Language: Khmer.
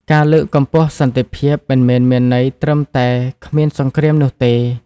ការលើកកម្ពស់សន្តិភាពមិនមែនមានន័យត្រឹមតែគ្មានសង្គ្រាមនោះទេ។